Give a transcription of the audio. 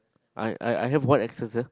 I I I have what accent !huh!